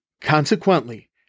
Consequently